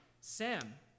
Sam